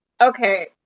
okay